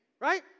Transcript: right